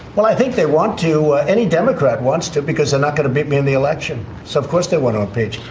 well i think they want to. any democrat wants to because they're not going to meet me in the election. so of course they want our page.